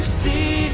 see